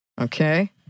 Okay